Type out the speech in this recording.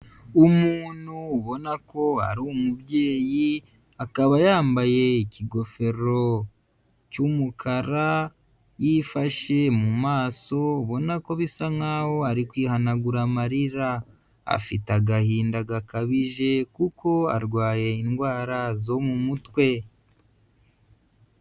Umuntu ubona ko ari umubyeyi, akaba yambaye ikigofero cy'umukara, yifashe mu maso ubona ko bisa nkaho ari kwihanagura amarira. Afite agahinda gakabije kuko arwaye indwara zo mu mutwe.